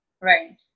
right